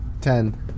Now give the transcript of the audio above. Ten